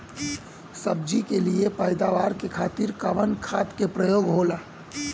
सब्जी के लिए पैदावार के खातिर कवन खाद के प्रयोग होला?